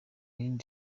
irindi